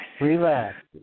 relax